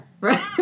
Right